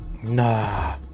Nah